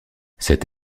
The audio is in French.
cette